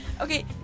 Okay